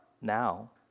now